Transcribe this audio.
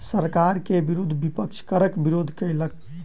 सरकार के विरुद्ध विपक्ष करक विरोध केलक